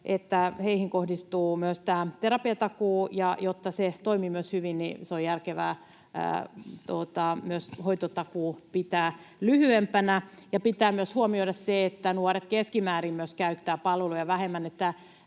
heihin kohdistuu myös tämä terapiatakuu, ja jotta se myös toimii hyvin, niin on järkevää myös hoitotakuu pitää lyhyempänä. Pitää myös huomioida se, että nuoret keskimäärin myös käyttävät palveluja vähemmän.